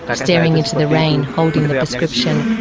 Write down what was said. ah staring into the rain holding the prescription.